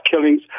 killings